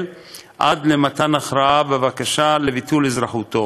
עד למתן הכרעה בבקשה לביטול אזרחותו,